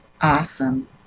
Awesome